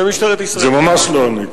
זה ממש לא אני.